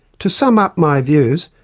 to sum up my views,